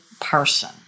person